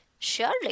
surely